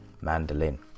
mandolin